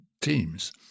teams